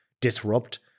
disrupt